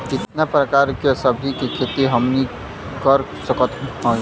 कितना प्रकार के सब्जी के खेती हमनी कर सकत हई?